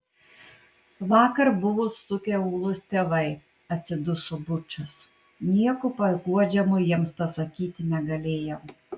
vakar buvo užsukę ūlos tėvai atsiduso bučas nieko paguodžiamo jiems pasakyti negalėjau